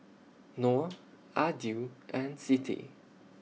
Nor Aidil and Siti